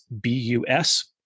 B-U-S